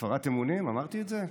הפרת אמונים, אמרתי את זה?